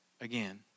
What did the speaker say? again